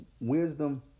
wisdom